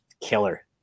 killer